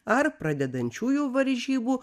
ar pradedančiųjų varžybų